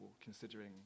considering